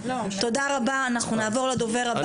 תודה רבה, אנחנו נעבור לדובר הבא.